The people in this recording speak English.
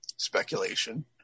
Speculation